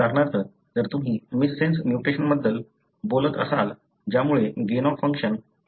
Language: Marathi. उदाहरणार्थ जर तुम्ही मिससेन्स म्युटेशनबद्दल बोलत असाल ज्यामुळे गेन ऑफ फंक्शन आणि लॉस ऑफ फंक्शन म्युटेशन होऊ शकते